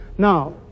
Now